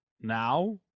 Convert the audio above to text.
now